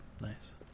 Nice